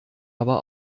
aber